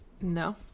No